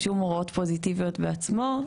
ושום הוראות פוזיטיביות בעצמו,